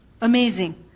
Amazing